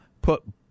put